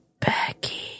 Becky